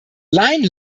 line